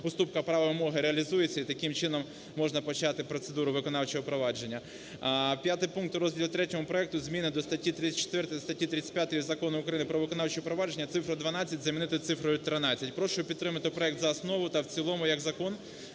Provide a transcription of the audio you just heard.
уступка права вимоги реалізується і таким чином можна почати процедуру виконавчого провадження. П'ятий пункт. У розділі ІІІ проекту (зміни до статті 34 і статті 35 Закону України "Про виконавче впровадження") цифру "12" замінити цифрою "13". Прошу підтримати проект за основу та в цілому як закон